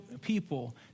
people